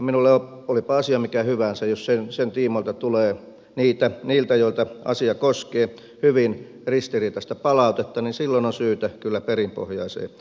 minulle olipa asia mikä hyvänsä jos sen tiimoilta tulee niiltä joita asia koskee hyvin ristiriitaista palautetta niin silloin on syytä kyllä perinpohjaiseen harkintaan